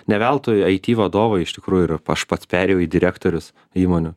ne veltui aiti vadovai iš tikrųjų yra aš pats perėjau į direktorius įmonių